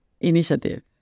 initiative